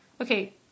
Okay